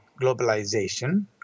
globalization